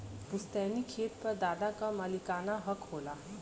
पुस्तैनी खेत पर दादा क मालिकाना हक होला